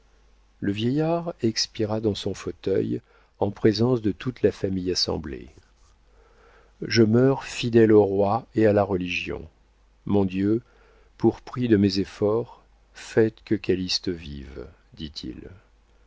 le vieillard expira dans son fauteuil en présence de toute la famille assemblée je meurs fidèle au roi et à la religion mon dieu pour prix de mes efforts faites que calyste vive dit-il